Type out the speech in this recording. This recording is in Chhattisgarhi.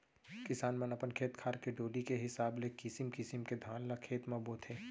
किसान मन अपन खेत खार के डोली के हिसाब ले किसिम किसिम के धान ल खेत म बोथें